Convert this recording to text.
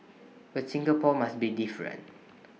but Singapore must be different